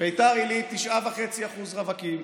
9.5% רווקים,